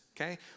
okay